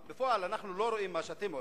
בפועל, אנחנו לא רואים מה שאתם עושים.